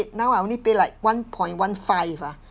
now I only pay like one point one five ah